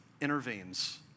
intervenes